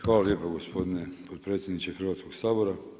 Hvala lijepo gospodine potpredsjedniče Hrvatskoga sabora.